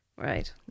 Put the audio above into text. Right